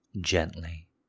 gently